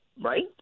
right